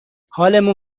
حالمون